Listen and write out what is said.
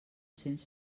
cents